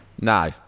No